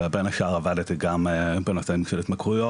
ובין השאר עבדתי גם בנושא של התמכרויות,